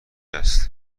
است